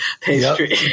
pastry